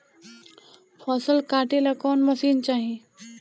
फसल काटेला कौन मशीन चाही?